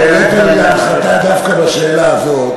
העלית לי להנחתה דווקא בשאלה הזאת,